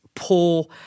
poor